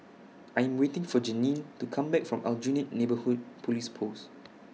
I Am waiting For Janene to Come Back from Aljunied Neighbourhood Police Post